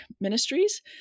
ministries